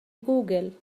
جوجل